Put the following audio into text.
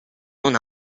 una